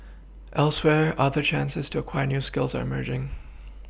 elsewhere other chances to acquire new skills are merging